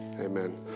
Amen